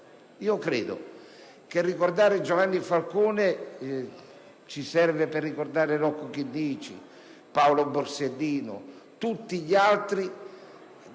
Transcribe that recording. varare. Ricordare Giovanni Falcone serve a ricordare Rocco Chinnici, Paolo Borsellino, tutti gli altri,